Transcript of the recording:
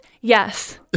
yes